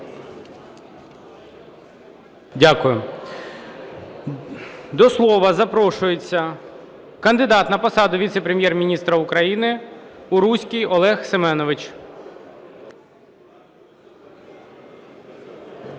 Дякую. До слова запрошується кандидат на посаду віце-прем'єр-міністра України Уруський Олег Семенович.